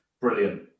Brilliant